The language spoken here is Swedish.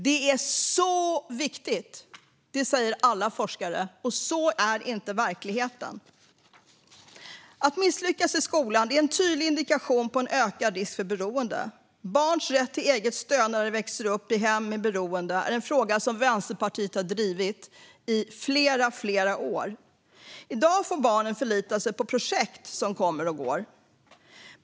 Det är så viktigt, säger alla forskare, men så är det inte i verkligheten. Att misslyckas i skolan är en tydlig indikation på en ökad risk för beroende. Barns rätt till eget stöd när de växer upp i hem med beroende är en fråga som Vänsterpartiet har drivit i flera år. I dag får barnen förlita sig på projekt som kommer och går.